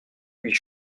huit